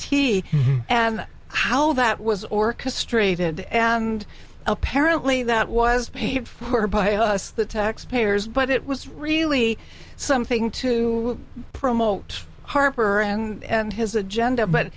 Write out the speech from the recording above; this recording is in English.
t and how that was orchestrated and apparently that was paid for by us the taxpayers but it was really something to promote harper and his agenda